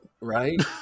Right